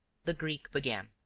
the greek began